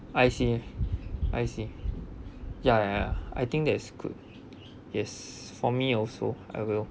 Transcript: I see I see ya ya I think that is good yes for me also I will